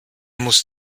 muss